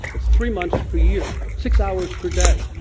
that's three months per year, six hours per day.